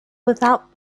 without